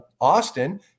Austin